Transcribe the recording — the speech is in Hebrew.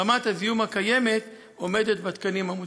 רמת הזיהום הקיימת עומדת בתקנים המותרים.